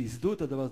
שייסדו את הדבר הזה,